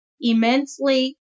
immensely